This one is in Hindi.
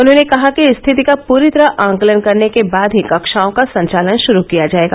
उन्होंने कहा कि रिथति का पूरी तरह आकलन करने के बाद ही कक्षाओं का संचालन शुरू किया जाएगा